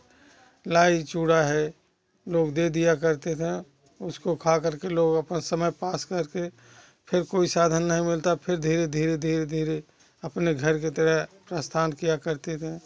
लाई चूड़ा है लोग दे दिया करते थे उसको खाकर के लोग अपना समय पास करते फिर कोई साधन नहीं मिलता फिर धीरे धीरे धीरे धीरे अपने घर की तरफ़ प्रस्थान किया करते हैं